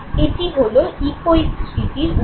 এটিই হলো ইকোয়িক স্মৃতির উৎস